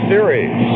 Series